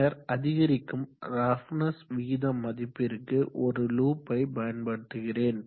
பின்னர் அதிகரிக்கும் ரஃப்னஸ் விகித மதிப்பிற்கு ஒரு லூப்பை பயன்படுத்துகிறேன்